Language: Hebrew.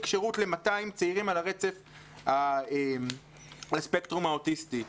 שירות ל-200 צעירים על הרצף של הספקטרום האוטיסטי.